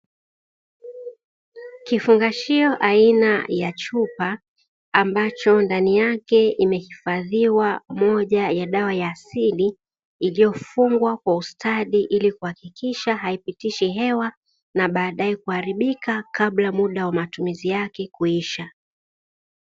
Kifungashio aina ya chupa ambacho ndani yake imehifadhiwa moja ya dawa ya asili, iliyofungwa kwa ustadi ili kuhakikisha haipitishi hewa na baadae kuharibika kabla muda wa matumizi yake kuisha.